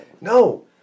No